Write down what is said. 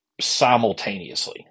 simultaneously